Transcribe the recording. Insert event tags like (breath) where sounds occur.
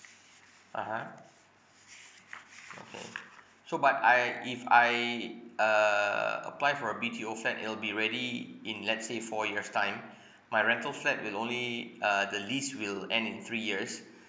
(uh huh) okay so but I if I err apply for a B_T_O flat it will be ready in let's say four years' time (breath) my rental flat will only uh the lease will end in three years (breath)